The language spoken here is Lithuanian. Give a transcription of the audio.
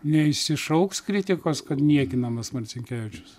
neišsišauks kritikos kad niekinamas marcinkevičius